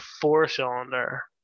four-cylinder